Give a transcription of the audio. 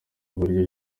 uburyo